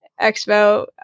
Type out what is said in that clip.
expo